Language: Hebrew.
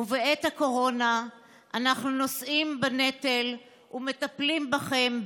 ובעת הקורונה אנחנו נושאים בנטל ומטפלים בכם באהבה,